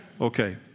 Okay